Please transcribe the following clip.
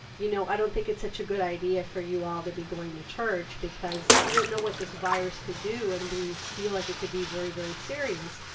you know, i don't think it's such a good idea for you all to be going to church because we don't know what this virus could do. and we feel like it could be very, very serious.